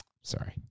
Sorry